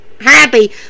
happy